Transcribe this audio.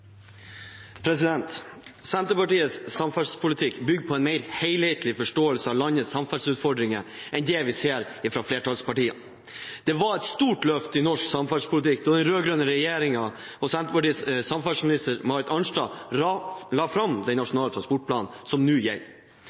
ser fra flertallspartiene. Det var et stort løft i norsk samferdselspolitikk da den rød-grønne regjeringen og Senterpartiets samferdselsminister Marit Arnstad la fram den nasjonale transportplanen som nå gjelder.